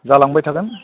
जालांबाय थागोन